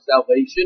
salvation